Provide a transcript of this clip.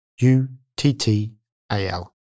U-T-T-A-L